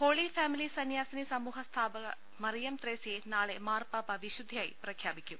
holy family സന്യാസിനി സമൂഹ സ്ഥാപക മറിയം ത്രേസ്യയെ നാളെ മാർപ്പാപ്പ വിശുദ്ധയായി പ്രഖ്യാപിക്കും